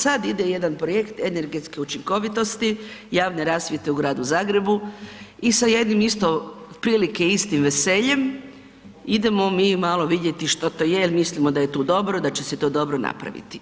Sad ide jedan projekt energetske učinkovitosti javne rasvjete u gradu Zagrebu i sa jednim isto, otprilike istim veseljem, idemo mi malo vidjeti što to je jer mislim da je tu dobro, da će se to dobro napraviti.